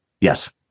Yes